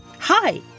Hi